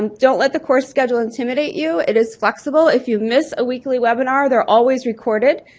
um don't let the course schedule intimidate you, it is flexible, if you've missed a weekly webinar they're always recorded.